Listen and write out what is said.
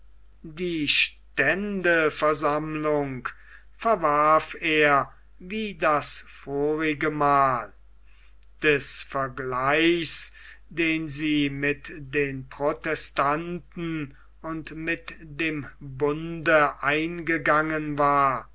die ständeversammlung verwarf er wie das vorige mal des vergleichs den sie mit den protestanten und mit dem bunde eingegangen war